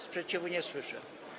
Sprzeciwu nie słyszę.